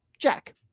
Jack